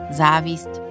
závisť